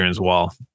wall